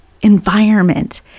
environment